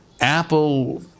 Apple